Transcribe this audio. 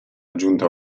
aggiunta